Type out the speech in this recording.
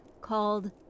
called